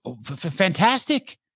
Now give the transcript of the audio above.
Fantastic